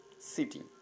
city